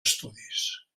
estudis